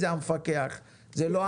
זה המפקח; זה לא אני,